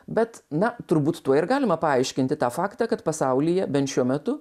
bet na turbūt tuo ir galima paaiškinti tą faktą kad pasaulyje bent šiuo metu